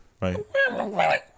right